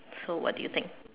so what do you think